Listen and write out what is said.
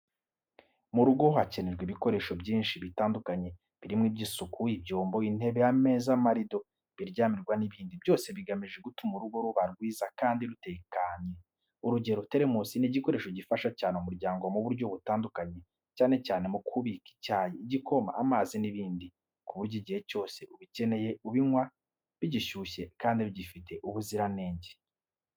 Mu rugo hakenerwa ibikoresho byinshi bitandukanye, birimo iby’isuku, ibyombo, intebe, ameza, amarindo, ibiryamirwa n’ibindi, byose bigamije gutuma urugo ruba rwiza kandi rutekanye. Urugero, teremusi ni igikoresho gifasha cyane umuryango mu buryo butandukanye, cyane cyane mu kubika icyayi, igikoma, amazi n’ibindi, ku buryo igihe cyose ubikeneye ubinywa bigishyushye kandi bigifite ubuziranenge.